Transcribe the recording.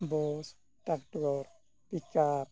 bus tractor pickup